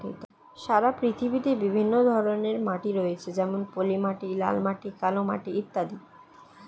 সারা পৃথিবীতে বিভিন্ন ধরনের মাটি রয়েছে যেমন পলিমাটি, লাল মাটি, কালো মাটি ইত্যাদি